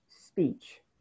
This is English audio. speech